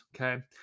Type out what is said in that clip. Okay